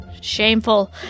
shameful